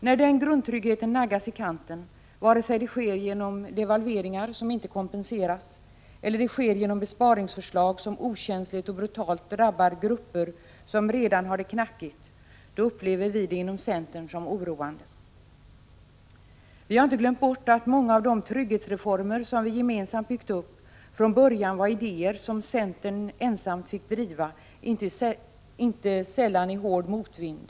När den grundtryggheten naggas i kanten, vare sig det sker genom devalveringar som inte kompenseras eller det sker genom besparingsförslag som okänsligt och brutalt drabbar grupper som redan har det knackigt, upplever vi det inom centern som oroande. Vi har inte glömt bort att många av de trygghetsreformer som vi gemensamt byggt upp från början var idéer som centern ensam fick driva — inte sällan i hård motvind.